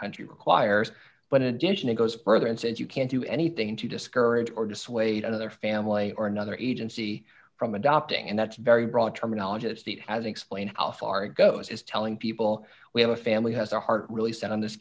country requires but in addition it goes further and says you can't do anything to discourage or dissuade other family or another agency from adopting and that's very broad terminology as steve has explained how far it goes is telling people we have a family has their heart really set on this